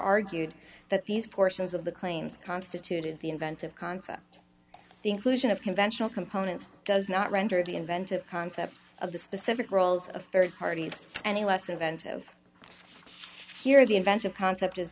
argued that these portions of the claims constituted the inventive concept the inclusion of conventional components does not render the inventive concept of the specific roles of rd parties any less inventive here the invention concept is